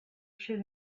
should